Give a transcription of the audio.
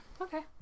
Okay